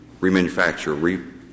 remanufacture